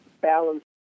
balance